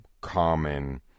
common